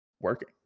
working